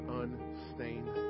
unstained